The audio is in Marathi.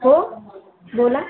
हो बोला